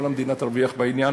כל המדינה תרוויח מהעניין,